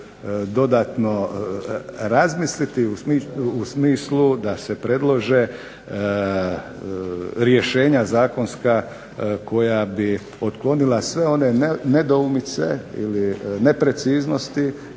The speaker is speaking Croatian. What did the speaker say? dodatno razmisliti u smislu da se predlože rješenja zakonska koja bi otklonila sve one nedoumice, ili nepreciznosti